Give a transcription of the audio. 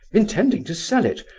intending to sell it,